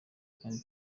kandi